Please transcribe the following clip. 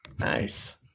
Nice